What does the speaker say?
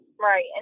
Right